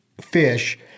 fish